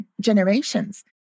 generations